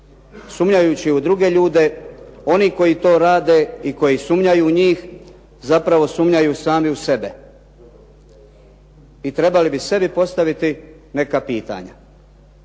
Sumnjajući u druge ljude oni koji to rade i koji sumnjaju u njih zapravo sumnjaju sami u sebe. I trebali bi sebi postaviti neka pitanja.